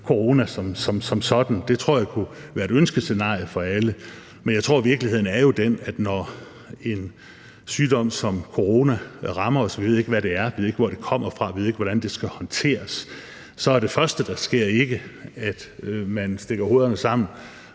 corona som sådan? Det tror jeg kunne være et ønskescenarie for alle. Men jeg tror, at virkeligheden jo er den, at når en sygdom som corona rammer os – vi ved ikke, hvad det er, vi ved ikke, hvor det kommer fra, vi ved ikke, hvordan det skal håndteres – er det første, der sker, ikke, at man stikker hovederne sammen